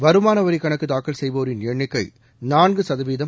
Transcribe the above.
வருமான வரி கணக்கு தாக்கல் செய்வோரின் எண்ணிக்கை நான்கு சதவீதம்